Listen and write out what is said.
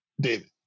David